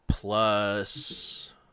plus